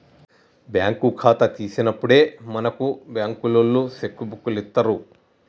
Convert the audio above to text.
bank ఖాతా తీసినప్పుడే మనకు బంకులోల్లు సెక్కు బుక్కులిత్తరు